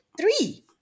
three